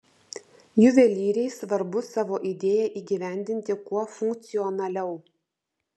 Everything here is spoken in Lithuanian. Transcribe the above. juvelyrei svarbu savo idėją įgyvendinti kuo funkcionaliau